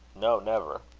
no, never.